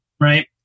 right